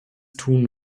tun